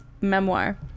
memoir